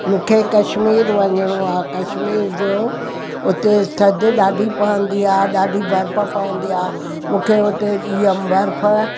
मूंखे कश्मीर वञणो आहे कश्मीर जो उते थदि ॾाढी पवंदी आहे ॾाढी बर्फ़ पवंदी आहे मूंखे उते ॾींहं बर्फ़